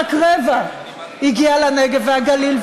רק רבע הגיע לנגב והגליל.